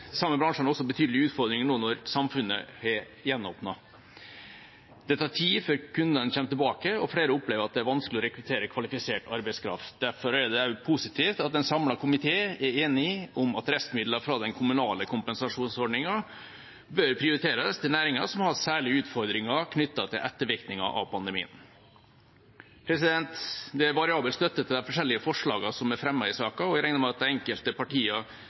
samme bransjene også betydelige utfordringer nå når samfunnet er gjenåpnet. Det tar tid før kundene kommer tilbake, og flere opplever at det er vanskelig å rekruttere kvalifisert arbeidskraft. Derfor er det også positivt at en samlet komité er enige om at restmidler fra den kommunale kompensasjonsordningen bør prioriteres til næringer som har hatt særlige utfordringer knyttet til ettervirkninger av pandemien. Det er variabel støtte til de forskjellige forslagene som er fremmet i saken, og jeg regner med at de enkelte